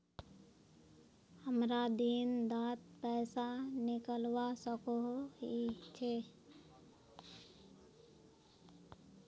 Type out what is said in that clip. हमरा दिन डात पैसा निकलवा सकोही छै?